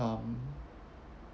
um